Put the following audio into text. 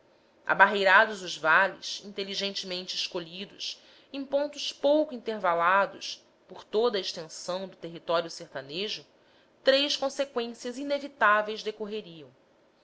vales inteligentemente escolhidos em pontos pouco intervalados por toda a extensão do território sertanejo três conseqüências inevitáveis decorreriam